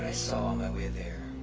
saw on my way there.